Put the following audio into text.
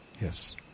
yes